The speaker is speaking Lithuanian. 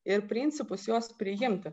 ir principus jos priimti